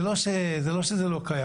זה לא שזה לא קיים.